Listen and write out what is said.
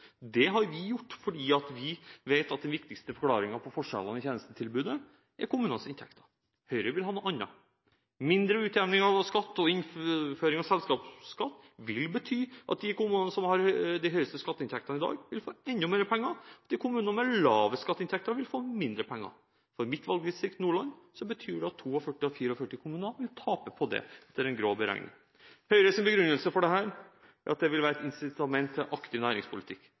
Det har vi gjort fordi vi vet at den viktigste forklaringen på forskjeller i tjenestetilbudet er kommunenes inntekter. Høyre vil ha noe annet. Mindre utjevning av skatt og innføring av selskapsskatt vil bety at de kommunene som har de høyeste skatteinntektene i dag, vil få enda mer penger, og at de kommunene med lavest skatteinntekter vil få mindre penger. For mitt valgdistrikt, Nordland, betyr det at 42 av 44 kommuner vil tape på det, etter en grov beregning. Høyres begrunnelse for dette er at det vil være et incitament til en aktiv næringspolitikk.